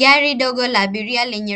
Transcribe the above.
Gari dogo la